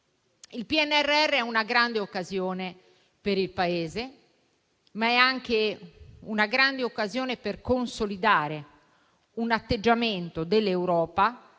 Il PNRR è una grande occasione per il Paese, ma è anche una grande occasione per consolidare un atteggiamento dell'Europa